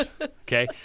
Okay